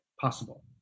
possible